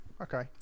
Okay